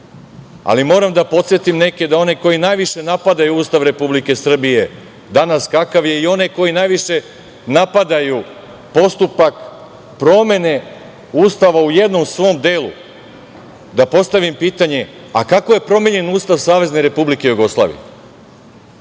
Ali, moram da podsetim neke da oni koji najviše napadaju Ustav Republike Srbije, danas kakav je, i one koji najviše napadaju postupak promene Ustava u jednom svom delu, da postavim pitanje – a kako je promenjen ustav SRJ? Da li se